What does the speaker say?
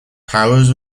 powers